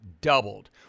doubled